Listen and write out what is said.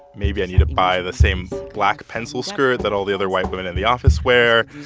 maybe i need to buy the same black pencil skirt that all the other white women in the office wear.